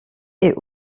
est